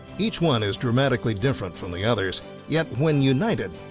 each one is dramatically different from the others yet when united,